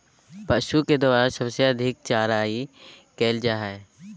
पशु के द्वारा सबसे अधिक चराई करल जा हई